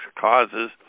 causes